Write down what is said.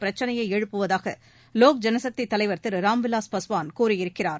பிரச்னையை எழுப்புவதாக லோக் ஜனசக்தித் தலைவர் திரு ராம்விலாஸ் பாஸ்வான் கூறியிருக்கிறார்